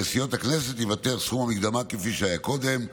לסיעות הכנסת ייוותר סכום המקדמה כפי שהיה קודם.